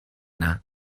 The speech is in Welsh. yna